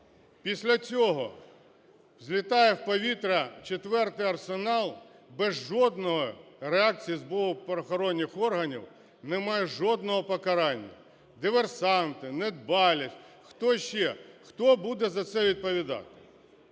Після цього злітає в повітря четвертий арсенал без жодної реакції з боку правоохоронних органів, немає жодного покарання. Диверсанти, недбалість, хто ще? Хто буде за це відповідати?